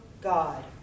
God